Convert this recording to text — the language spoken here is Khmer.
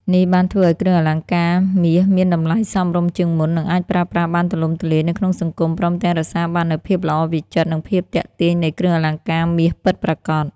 នេះបានធ្វើឱ្យគ្រឿងអលង្ការមាសមានតម្លៃសមរម្យជាងមុន និងអាចប្រើប្រាស់បានទូលំទូលាយនៅក្នុងសង្គម ព្រមទាំងរក្សាបាននូវភាពល្អវិចិត្រ និងភាពទាក់ទាញនៃគ្រឿងអលង្ការមាសពិតប្រាកដ។